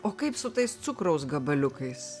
o kaip su tais cukraus gabaliukais